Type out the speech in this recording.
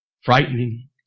frightening